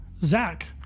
Zach